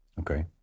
Okay